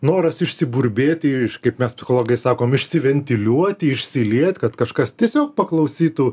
noras išsiburbėti ir iš kaip mes psichologai sakome išsiventiliuoti išsilieti kad kažkas tiesiog paklausytų